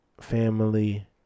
family